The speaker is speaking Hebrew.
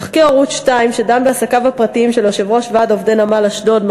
תחקיר ערוץ 2 שדן בעסקיו הפרטיים של יושב-ראש ועד עובדי נמל אשדוד,